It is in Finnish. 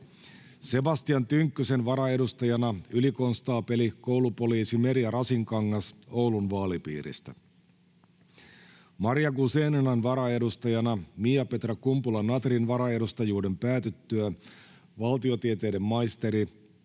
Sebastian Tynkkysen varaedustajana ylikonstaapeli, koulupoliisi Merja Rasinkangas Oulun vaalipiiristä, Maria Guzeninan varaedustajana, Miapetra Kumpula-Natrin varaedustajuuden päätyttyä, valtiotieteiden maisteri,